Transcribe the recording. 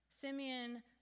Simeon